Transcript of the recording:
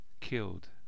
killed